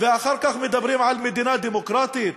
ואחר כך מדברים על מדינה דמוקרטית?